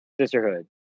sisterhood